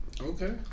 Okay